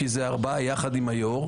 כי אלה ארבעה יחד עם היו"ר,